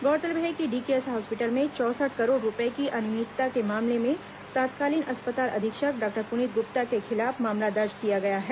गौरतलब है कि डीकेएस हॉस्पिटल में चौंसठ करोड़ रुपये की अनियमितता के मामले में तात्कालीन अस्पताल अधीक्षक डॉक्टर प्नीत ग्रप्ता के खिलाफ मामला दर्ज किया गया है